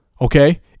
Okay